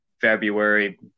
february